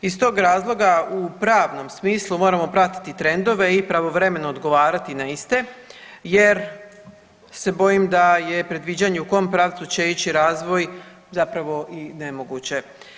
Iz tog razloga u pravnom smislu moramo pratiti trendove i pravovremeno odgovarati na iste jer se bojim da je predviđanje u kom pravcu će ići razvoj zapravo i nemoguće.